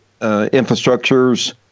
infrastructures